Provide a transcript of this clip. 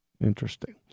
Interesting